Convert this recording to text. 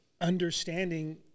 Understanding